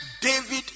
David